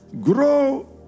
Grow